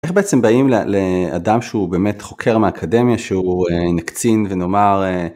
איך בעצם באים לאדם שהוא באמת חוקר מהאקדמיה שהוא נקצין ונאמר.